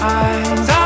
eyes